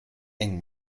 eng